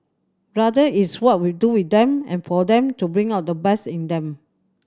rather it's what we do with them and for them to bring out the best in them